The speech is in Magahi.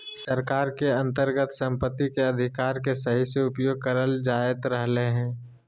सरकार के अन्तर्गत सम्पत्ति के अधिकार के सही से उपयोग करल जायत रहलय हें